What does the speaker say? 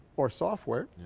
or software,